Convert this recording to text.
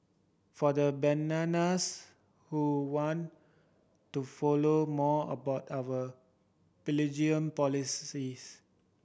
for the bananas who want to follow more about our bilingualism policies